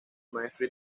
maestro